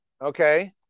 okay